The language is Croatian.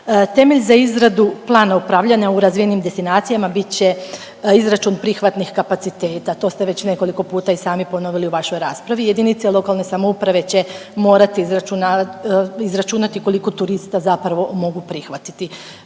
Temelj za izradu plana upravljanja u razvijenim destinacijama bit će izračun prihvatnih kapaciteta. To ste već nekoliko puta i sami ponovili u vašoj raspravi. Jedinice lokalne samouprave će morati izračunati koliko turista zapravo mogu prihvatiti.